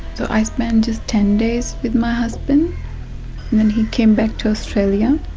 so i spend just ten days with my husband and then he came back to australia.